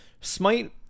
Smite